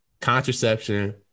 Contraception